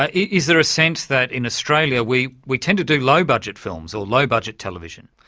ah is there a sense that in australia we we tend to do low budget films or low budget television.